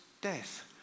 death